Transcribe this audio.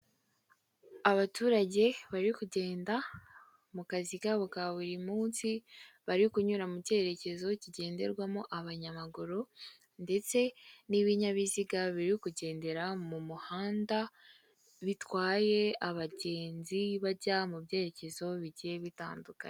Abaturage bari kugenda mu kazi kabo ka buri munsi, bari kunyura mu cyerekezo kigenderwamo abanyamaguru, ndetse n'ibinyabiziga biri kugendera mu muhanda, bitwaye abagenzi bajya mu byerekezo bigiye bitandukanye.